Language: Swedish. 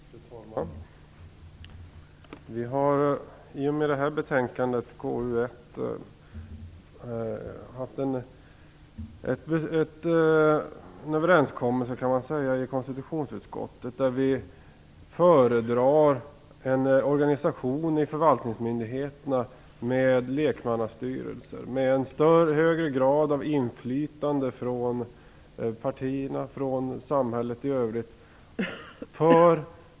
Fru talman! Vi har i och med det här betänkandet, KU1, i konstitutionsutskottet nått en överenskommelse enligt vilken vi föredrar att förvaltningsmyndigheterna har en organisation med lekmannastyrelser och med ett större inflytande för partierna och samhället i övrigt.